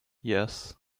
yes